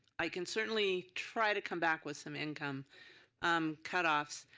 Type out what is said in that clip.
i can certainly try to come back with some income um cut offs.